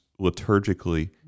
liturgically